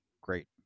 great